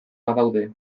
badaude